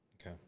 Okay